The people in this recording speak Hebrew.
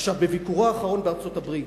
בביקורו האחרון בארצות-הברית,